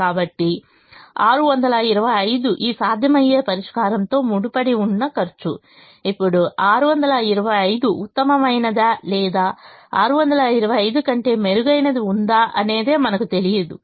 కాబట్టి 625 ఈ సాధ్యమయ్యే పరిష్కారంతో ముడిపడి ఉన్న ఖర్చు ఇప్పుడు 625 ఉత్తమమైనదా లేదా 625 కంటే మెరుగైనది ఉందా అనేది మనకు తెలియదు